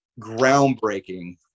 groundbreaking